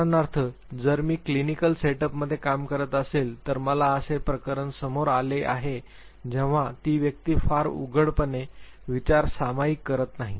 उदाहरणार्थ जर मी क्लिनिकल सेटअपमध्ये काम करत असेल तर मला असे प्रकरण समोर आले आहे जेव्हा ती व्यक्ती फार उघडपणे विचार सामायिक करीत नाही